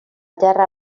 terra